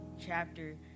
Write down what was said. chapter